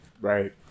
Right